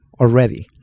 already